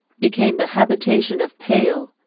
became the habitation of pale,